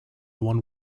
one